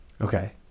Okay